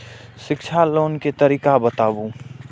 शिक्षा लोन के तरीका बताबू?